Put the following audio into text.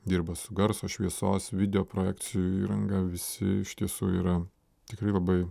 dirba su garso šviesos video projekcijų įranga visi iš tiesų yra tikrai labai